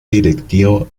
directivo